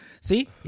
See